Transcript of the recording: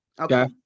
Okay